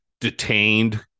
detained